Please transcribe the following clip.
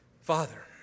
Father